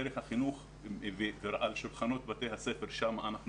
דרך החינוך על שולחנות בתי הספר שם אנו